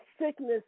sickness